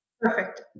Perfect